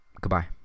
Goodbye